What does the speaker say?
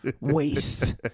Waste